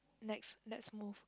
next let's move